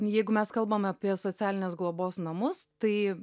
jeigu mes kalbame apie socialinės globos namus tai